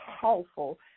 powerful